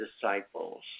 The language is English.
disciples